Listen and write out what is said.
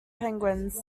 penguins